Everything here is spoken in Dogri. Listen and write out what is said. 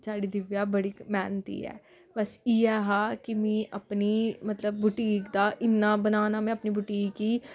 साढ़ी दिव्या बड़ी मेह्नती ऐ बस इ'यै हा कि मीं अपनी मतलब बुटीक दा इ'यां बनाना में अपनी बुटीक गी